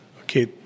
Okay